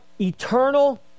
eternal